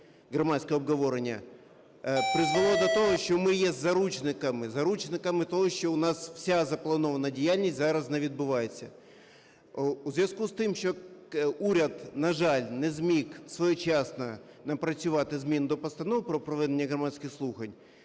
громадського обговорення призвело до того, що ми є заручниками, заручниками того, що у нас вся запланована діяльність зараз не відбувається. У зв'язку з тим, що уряд, на жаль, не зміг своєчасно напрацювати зміни до Постанови про проведення громадських слухань,